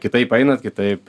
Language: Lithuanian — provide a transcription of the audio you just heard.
kitaip einat kitaip